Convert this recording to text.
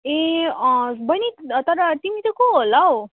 ए अँ बहिनी तर तिमी चाहिँ को होला हौ